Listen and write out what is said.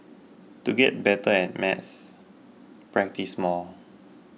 to get better at maths practise more